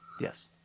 Yes